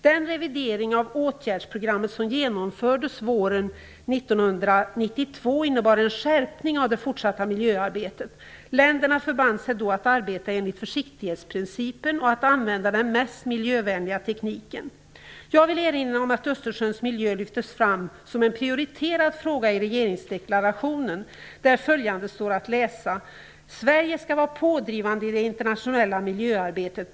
Den revidering av åtgärdsprogrammet som genomfördes under våren 1992 innebar en skärpning av det fortsatta miljöarbetet. Länderna förband sig då att arbeta enligt försiktighetsprincipen och att använda den mest miljövänliga tekniken. Jag vill erinra om att Östersjöns miljö lyftes fram som en prioriterad fråga i regeringsdeklarationen, där följande står att läsa: "Sverige skall vara pådrivande i det internationella miljöarbetet.